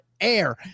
air